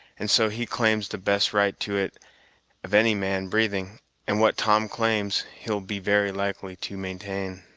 and so he claims the best right to it of any man breathing and what tom claims, he'll be very likely to maintain.